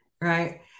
right